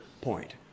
point